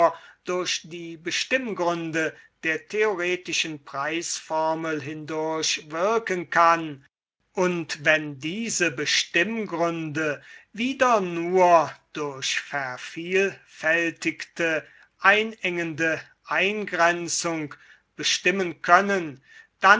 durch die bestimmgründe der theoretischen preisformel hindurch wirken kann und wenn diese bestimmgründe wieder nur durch vervielfältigte einengende eingrenzung bestimmen können